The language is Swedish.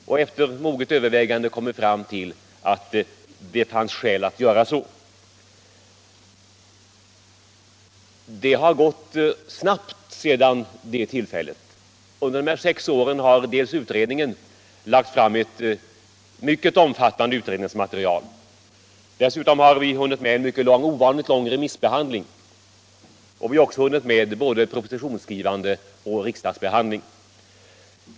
Efter moget övervägande kom vi fram till att det fanns skäl att göra så. Det har gått snabbt sedan det tillfället. Under de här sex åren har utredningen lagt fram ett omfattande material. Dessutom har vi hunnit med en ovanligt lång remissbehandling, och vi har också hunnit med både propositionsskrivande och riksdagsbehandling.